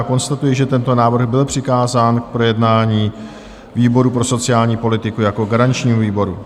Konstatuji, že tento návrh byl přikázán k projednání výboru pro sociální politiku jako garančnímu výboru.